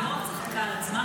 היא לא רק צחקה על עצמה,